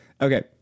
Okay